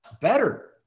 better